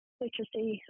literacy